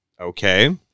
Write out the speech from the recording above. okay